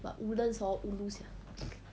but woodlands hor ulu sia